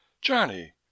Johnny